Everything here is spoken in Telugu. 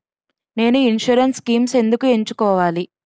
నేను ఇన్సురెన్స్ స్కీమ్స్ ఎందుకు ఎంచుకోవాలి?